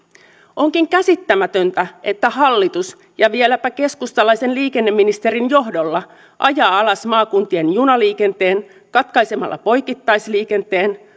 onkin käsittämätöntä että hallitus ja vieläpä keskustalaisen liikenneministerin johdolla ajaa alas maakuntien junaliikenteen katkaisemalla poikittaisliikenteen